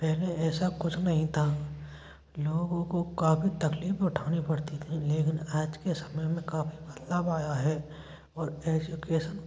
पहले ऐसा कुछ नहीं था लोगों को काफ़ी तकलीफ उठानी पड़ती थी लेकिन आज के समय में काफ़ी बदलाव आया है और एजुकेसन